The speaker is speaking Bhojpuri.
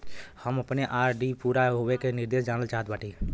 हम अपने आर.डी पूरा होवे के निर्देश जानल चाहत बाटी